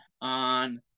on